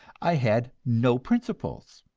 i had no principles.